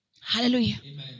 Hallelujah